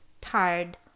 tired